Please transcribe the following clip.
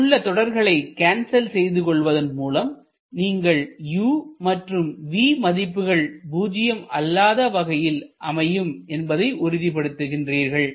இங்குள்ள தொடர்களை கேன்சல் செய்துகொள்வதன் மூலம் நீங்கள் u மற்றும் v மதிப்புகள் பூஜ்ஜியம் அல்லாத வகைகளாக அமையும் என்பதை உறுதிப்படுத்துகிறார்கள்